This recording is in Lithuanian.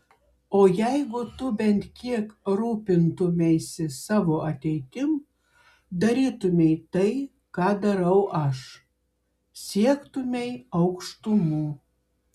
o jeigu tu bent kiek rūpintumeisi savo ateitim darytumei tai ką darau aš siektumei aukštumų